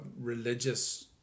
religious